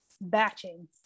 batching